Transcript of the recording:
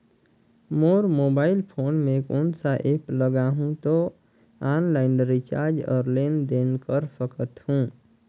मोर mobile phone मे कोन सा एप्प लगा हूं तो ऑनलाइन रिचार्ज और लेन देन कर सकत हू?